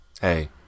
Hey